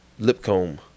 Lipcomb